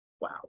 wow